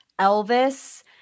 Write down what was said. Elvis